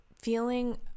feeling